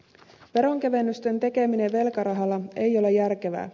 veronkevennysten tekeminen velkarahalla ei ole järkevää